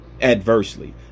adversely